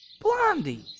Blondie